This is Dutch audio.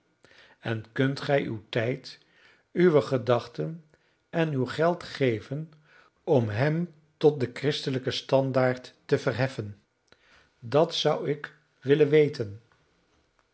en kunt gij uw tijd uwe gedachten en uw geld geven om hem tot den christelijken standaard te verheffen dat zou ik willen weten